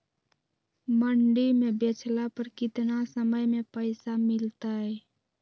मंडी में बेचला पर कितना समय में पैसा मिलतैय?